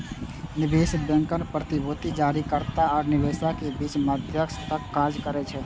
निवेश बैंकर प्रतिभूति जारीकर्ता आ निवेशकक बीच मध्यस्थक काज करै छै